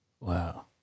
Wow